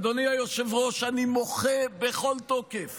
אדוני היושב-ראש, אני מוחה בכל תוקף